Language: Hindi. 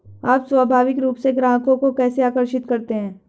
आप स्वाभाविक रूप से ग्राहकों को कैसे आकर्षित करते हैं?